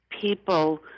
people